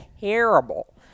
terrible